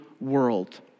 world